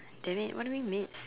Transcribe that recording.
dammit what do we miss